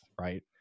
right